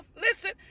Listen